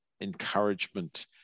encouragement